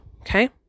Okay